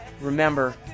remember